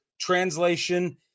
translation